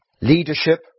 Leadership